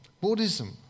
Buddhism